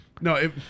no